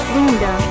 Linda